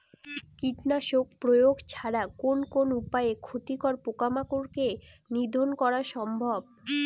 কীটনাশক প্রয়োগ ছাড়া কোন কোন উপায়ে ক্ষতিকর পোকামাকড় কে নিধন করা সম্ভব?